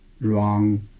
wrong